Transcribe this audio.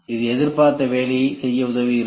இது எதிர்பார்பத்த வேலையை செய்ய உதவுகிறது